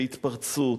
והתפרצו,